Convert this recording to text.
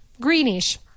Greenish